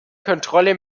kontrolle